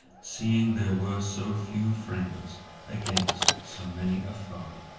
seeing there were so few friends against so many a foe!